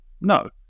No